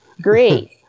Great